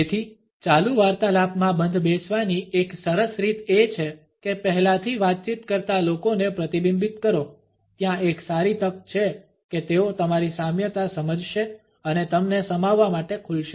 તેથી ચાલુ વાર્તાલાપમાં બંધ બેસવાની એક સરસ રીત એ છે કે પહેલાથી વાતચીત કરતા લોકોને પ્રતિબિંબિત કરો ત્યાં એક સારી તક છે કે તેઓ તમારી સામ્યતા સમજશે અને તમને સમાવવા માટે ખુલશે